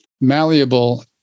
malleable